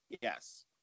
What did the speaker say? Yes